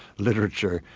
literature,